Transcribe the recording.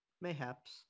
Mayhaps